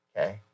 okay